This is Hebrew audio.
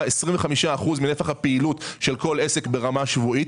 25% מנפח הפעילות של כל עסק ברמה שבועית.